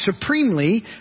supremely